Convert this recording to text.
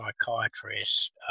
psychiatrist